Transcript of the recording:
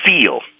feel